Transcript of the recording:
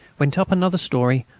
went up another storey,